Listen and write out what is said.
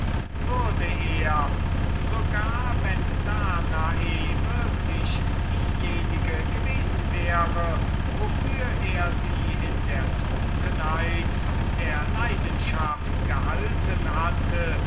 würde er so gar wenn danae würklich diejenige gewesen wäre wofür er sie in der trunkenheit der leidenschaft gehalten hatte